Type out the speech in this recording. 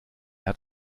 hat